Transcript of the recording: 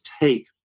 take